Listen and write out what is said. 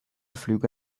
flüge